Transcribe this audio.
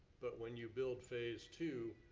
but when you build phase two,